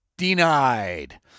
denied